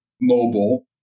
mobile